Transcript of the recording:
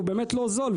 הוא באמת לא זול,